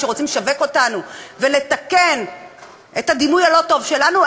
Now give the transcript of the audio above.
כשרוצים לשווק אותנו ולתקן את הדימוי הלא-טוב שלנו,